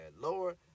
lord